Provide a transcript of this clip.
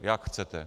Jak chcete.